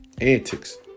antics